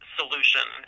solution